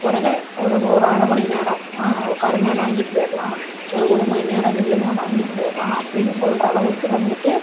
உடனே ஒரு ஒரு அரை மணி நேரம் உட்காருங்க வாங்கிட்டு போயிடலாம் ஒரு ஒரு மணி நேரம் நில்லுங்க வாங்கிட்டு போயிடலாம் அப்படின்னு சொல்கிற அளவுக்கு வந்துட்டு